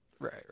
right